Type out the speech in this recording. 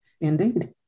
indeed